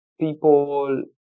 people